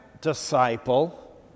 disciple